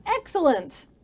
Excellent